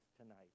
tonight